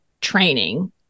training